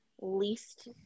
least